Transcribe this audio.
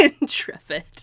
Intrepid